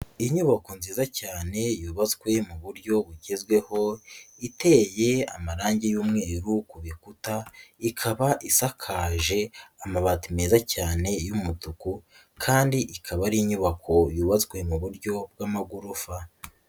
Inyubako nziza cyane yubatswe mu buryo bugezweho iteye amarange y'umweru ku bikuta, ikaba isakaje amabati meza cyane y'umutuku kandi ikaba ari inyubako yubatswe mu buryo bw'amagorofa.